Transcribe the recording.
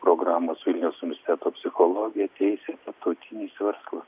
programosvilniaus universiteto psichologija teisė tarptautinis verslas